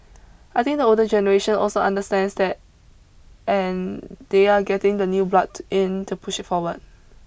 I think the older generation also understands that and they are getting the new blood in to push it forward